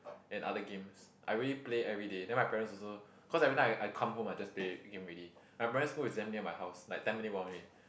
and other games I really play every day then my parents also cause every time I I come home I just play game already my primary school is damn near my house like ten minute walk only